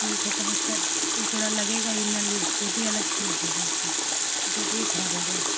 ठीक है तब उसका पूरा लगेगा ही नल ही टोटी अलग से लगेगा उसका टोटी ही खराब हो गया है